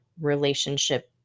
relationship